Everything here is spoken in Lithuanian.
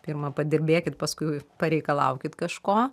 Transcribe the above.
pirma padirbėkit paskui pareikalaukit kažko